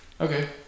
Okay